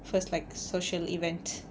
first like social event